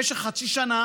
הייתה בתוקף במשך חצי שנה,